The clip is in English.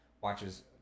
watches